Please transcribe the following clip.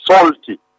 salty